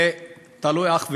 זה תלוי אך ורק,